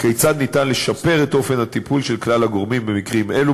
כיצד ניתן לשפר את אופן הטיפול של כלל הגורמים במקרים אלו